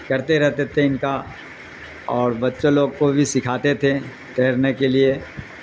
کرتے رہتے تھے ان کا اور بچوں لوگ کو بھی سکھاتے تھے تیرنے کے لیے